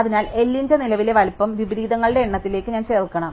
അതിനാൽ L ന്റെ നിലവിലെ വലുപ്പം വിപരീതങ്ങളുടെ എണ്ണത്തിലേക്ക് ഞാൻ ചേർക്കണം